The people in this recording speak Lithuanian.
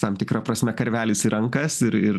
tam tikra prasme karvelis į rankas ir ir